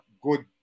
good